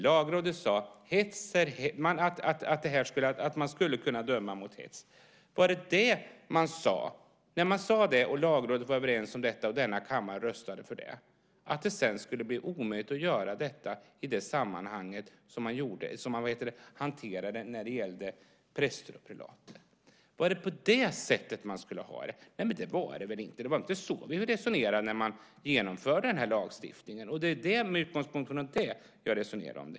Lagrådet sade att man skulle kunna döma för hets. Var det det som man sade? När man sade detta och Lagrådet var överens om det och denna kammare röstade för det - skulle det sedan bli omöjligt att göra detta i det sammanhang där man hanterade det när det gällde präster och prelater? Var det på det sättet man skulle ha det? Nej, det var det väl inte! Det var inte så vi resonerade när lagstiftningen genomfördes. Det är med utgångspunkt från detta som jag resonerar.